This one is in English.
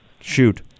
Shoot